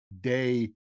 day